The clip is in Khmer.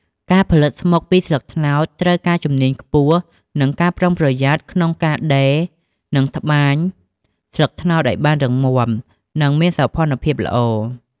ការផលិតស្មុកពីស្លឹកត្នោតត្រូវការជំនាញខ្ពស់ និងការប្រុងប្រយ័ត្នក្នុងការដេរនិងត្បាញស្លឹកឲ្យបានរឹងមាំ និងមានសោភណភាពល្អ។